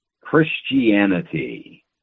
Christianity